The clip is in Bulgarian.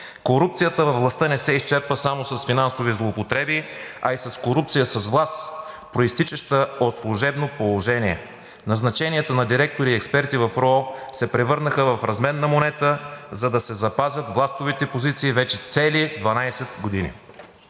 Корупцията във властта не се изчерпва само с финансови злоупотреби, а и с корупция и с власт, произтичаща от служебно положение. Назначенията на директори и експерти в РУО се превърнаха в разменна монета, за да се запазят властовите позиции вече цели 12 години.“